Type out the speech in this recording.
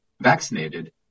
vaccinated